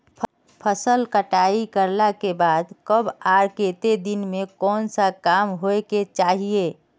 फसल कटाई करला के बाद कब आर केते दिन में कोन सा काम होय के चाहिए?